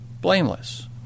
blameless